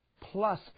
plus